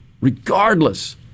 regardless